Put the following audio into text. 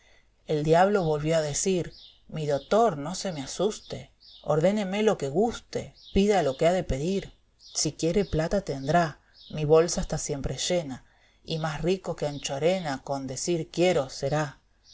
bl diablo volvió a decir mi dotor no se me asuste ordéneme lo que guste pida lo que ha de i edir si quiere plata tendrá mi bolsa está siempre eena y más rico que anchorena con decir quiero será